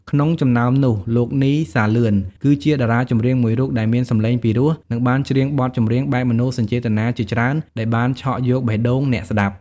ក្នុងចំណោមនោះ លោក នី សាលឿន គឺជាតារាចម្រៀងមួយរូបដែលមានសម្លេងពីរោះនិងបានច្រៀងបទចម្រៀងបែបមនោសញ្ចេតនាជាច្រើនដែលបានឆក់យកបេះដូងអ្នកស្តាប់។